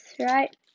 right